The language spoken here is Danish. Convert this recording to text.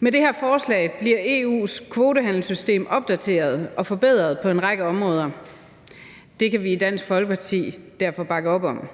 Med det her forslag bliver EU's kvotehandelssystem opdateret og forbedret på en række områder. Det kan vi i Dansk Folkeparti derfor bakke op om.